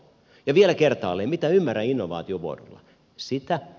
ja vielä kertaalleen mitä ymmärrän innovaatiovuodolla